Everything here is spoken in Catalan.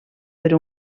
per